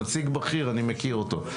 נציג בכיר, אני מכיר אותו.